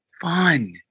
fun